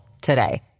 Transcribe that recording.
today